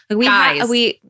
Guys